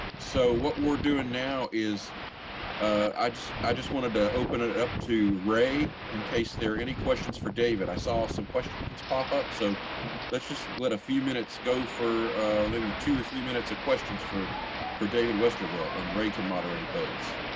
so what we're doing now is i just, i just wanted to open it up to ray in case there are any questions for david, i saw some questions pop up. so let's just let a few minutes go for maybe two or three minutes of questions for for david westervelt and ray can moderate those.